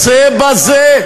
כנסת נכבדה,